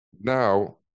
now